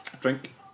Drink